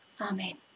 Amen